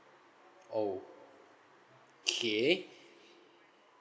okay